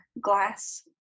glass